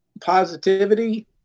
positivity